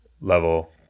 level